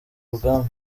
rugamba